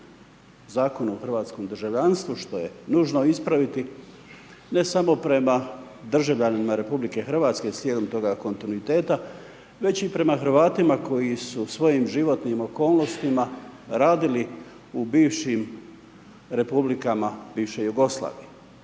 Zakonu o hrvatskom državljanstvu što je nužno ispraviti, ne samo prema državljanima RH, slijedom toga kontinuiteta, već i prema Hrvatima koji su svojim životnim okolnostima, radili u bivšim republikama bivše Jugoslovija,